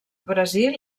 brasil